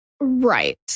Right